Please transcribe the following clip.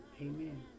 Amen